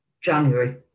January